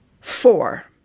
four